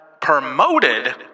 promoted